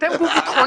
אתם גוף ביטחוני?